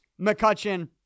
McCutcheon